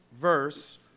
verse